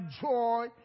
joy